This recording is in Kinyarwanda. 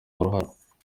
uruhara